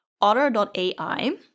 otter.ai